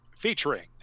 featuring